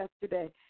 yesterday